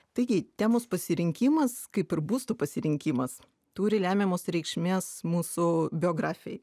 taigi temos pasirinkimas kaip ir būsto pasirinkimas turi lemiamos reikšmės mūsų biografijai